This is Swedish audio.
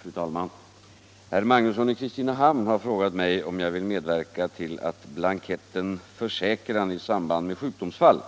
Fru talman! Herr Magnusson i Kristinehamn har frågat mig om jag vill medverka till att blanketten Försäkran i samband med sjukdomsfall